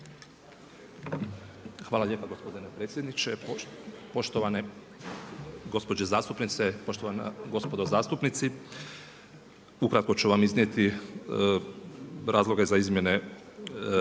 Hvala lijepa gospodine predsjedniče. Poštovane gospođe zastupnici, poštovana gospodo zastupnici. Ukratko ću vam iznijeti razloge za izmjene